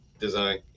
design